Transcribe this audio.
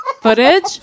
footage